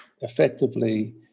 effectively